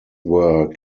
were